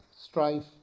strife